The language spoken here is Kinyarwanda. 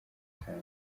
ubutane